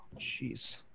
Jeez